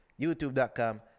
youtube.com